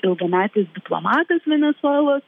ilgametis diplomatas venesuelos